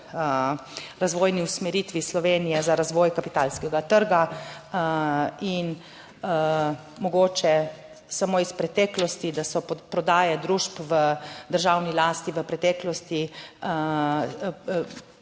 razvojni usmeritvi Slovenije za razvoj kapitalskega trga. In mogoče samo iz preteklosti, da so prodaje družb v državni lasti v preteklosti